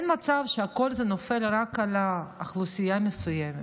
אין מצב שהכול נופל רק על אוכלוסייה מסוימת.